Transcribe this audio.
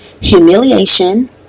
humiliation